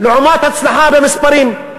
לעומת הצלחה במספרים.